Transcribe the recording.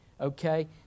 Okay